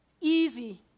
easy